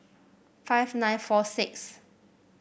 five nine four six